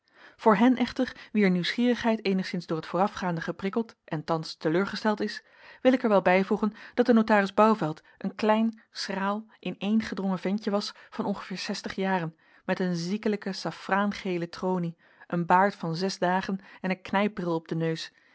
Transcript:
voor hen echter wier nieuwsgierigheid eenigszins door het voorafgaande geprikkeld en thans teleurgesteld is wil ik er wel bijvoegen dat de notaris bouvelt een klein schraal ineengedrongen ventje was van ongeveer zestig jaren met een ziekelijke saffraangele tronie een baard van zes dagen en een knijpbril op den neus